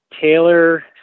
Taylor